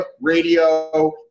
radio